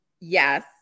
yes